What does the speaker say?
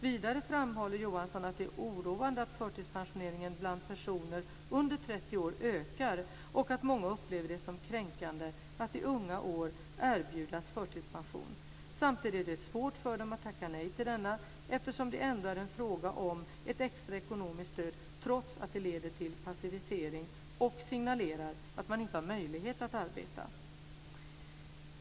Vidare framhåller Johansson att det är oroande att förtidspensioneringarna bland personer under 30 år ökar och att många upplever det som kränkande att i unga år erbjudas förtidspension. Samtidigt är det svårt för dem att tacka nej till denna, eftersom det ändå är fråga om ett extra ekonomiskt stöd trots att det leder till passivisering och signalerar att man inte har möjlighet att arbeta.